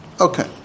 Okay